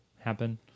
happen